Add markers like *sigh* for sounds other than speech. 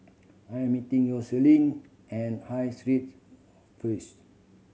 I'm meeting Yoselin at High Street *unintelligible*